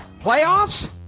playoffs